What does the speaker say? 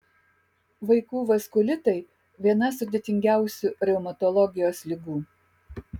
vaikų vaskulitai viena sudėtingiausių reumatologijos ligų